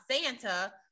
Santa